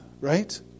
right